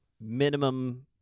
minimum